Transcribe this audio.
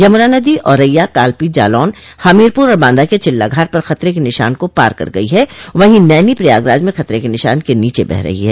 यमुना नदी औरैया कालपी जालौन हमीरपुर और बांदा के चिल्ला घाट पर खतरे के निशान को पार कर गयी है वहीं नैनी प्रयागराज में खतरे के निशान के नीचे बह रही है